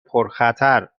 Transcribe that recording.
پرخطر